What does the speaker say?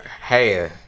hey